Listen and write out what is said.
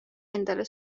endale